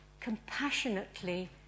compassionately